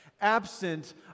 absent